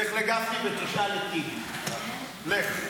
לך לגפני ותשאל --- נבל זה לא אותו דבר.